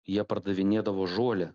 jie pardavinėdavo žolę